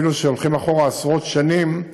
אפילו כשהולכים אחורה עשרות שנים.